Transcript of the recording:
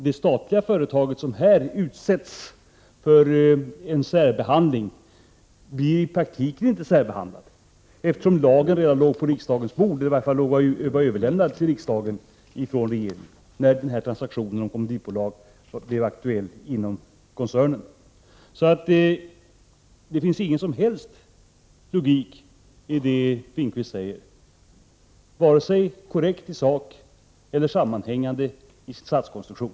Det statliga företag som här utsätts för särbehandling blir i praktiken inte särbehandlat, eftersom lagförslaget hade överlämnats till riksdagen från regeringen när den här transaktionen med kommanditbolag blev aktuell inom koncernen. Det finns ingen som helst logik i det Bo Finnkvist säger, varken beträffande den sakliga korrektheten eller i fråga om hur meningarna hänger ihop.